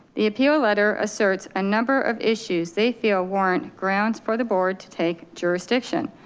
the appeal letter asserts a number of issues. they feel warrant grounds for the board to take jurisdiction.